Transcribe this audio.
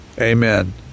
Amen